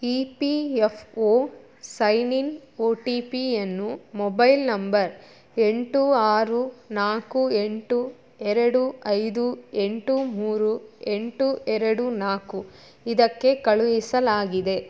E P F O sign in O T ಪಿಯನ್ನು mobile number ಎಂಟು ಆರು ನಾಲ್ಕು ಎಂಟು ಎರಡು ಐದು ಎಂಟು ಮೂರು ಎಂಟು ಎರಡು ನಾಲ್ಕು ಇದಕ್ಕೆ ಕಳುಹಿಸಲಾಗಿದೆ